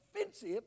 offensive